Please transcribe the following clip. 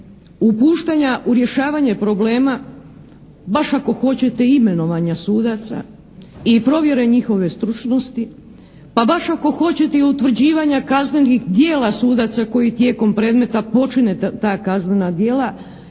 upuštanja u rješavanje problema, baš ako hoćete imenovanja sudaca i provjere njihove stručnosti, pa baš ako hoćete i utvrđivanja kaznenih djela sudaca koji tijekom predmeta počine ta kaznena djela,